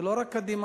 זה לא רק קדימה,